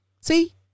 see